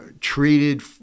treated